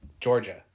Georgia